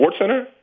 SportsCenter